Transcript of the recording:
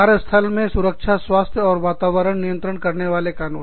कार्यस्थल में सुरक्षा स्वास्थ्य और वातावरण नियंत्रण करने वाले कानून